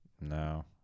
no